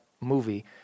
movie